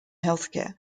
healthcare